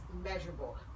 measurable